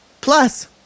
plus